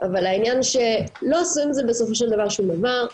אבל העניין שלא עשו עם זה בסופו של דבר שום דבר.